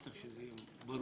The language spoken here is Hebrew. צריך שזה יהיה ברור ומוסדר.